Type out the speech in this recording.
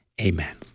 Amen